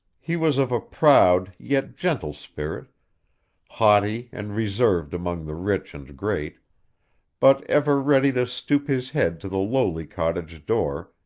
he was of a proud, yet gentle spirit haughty and reserved among the rich and great but ever ready to stoop his head to the lowly cottage door,